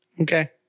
Okay